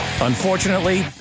Unfortunately